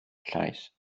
llaes